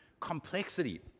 complexity